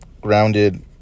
grounded